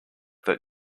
that